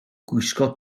gwisgo